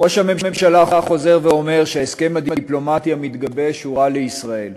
ראש הממשלה חוזר ואומר שההסכם הדיפלומטי המתגבש הוא רע לישראל.